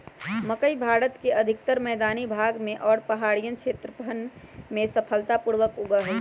मकई भारत के अधिकतर मैदानी भाग में और पहाड़ियन क्षेत्रवन में सफलता पूर्वक उगा हई